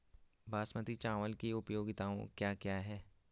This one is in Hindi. बासमती चावल की उपयोगिताओं क्या क्या हैं?